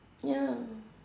ya